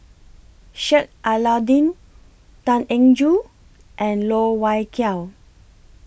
Sheik Alau'ddin Tan Eng Joo and Loh Wai Kiew